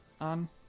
on